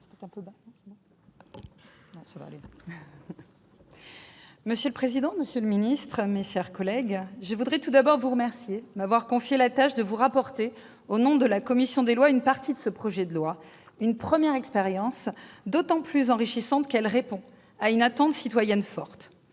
Monsieur le président, monsieur le ministre, mes chers collègues, je veux tout d'abord vous remercier de m'avoir confié la tâche de rapporter, au nom de la commission des lois, une partie de ce projet de loi, une première expérience d'autant plus enrichissante qu'elle répond à une attente citoyenne forte.